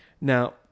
now